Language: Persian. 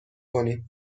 کنیم